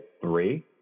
three